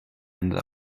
unser